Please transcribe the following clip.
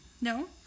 no